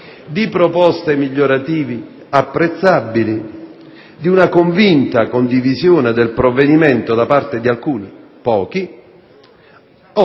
di proposte migliorative apprezzabili, di una convinta condivisione del provvedimento da parte di alcuni, pochi, o